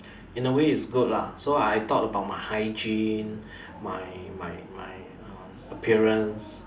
in a way it's good lah so I thought about my hygiene my my my um appearance